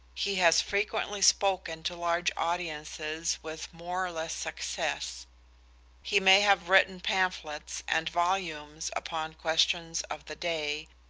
he has frequently spoken to large audiences with more or less success he may have written pamphlets and volumes upon questions of the day,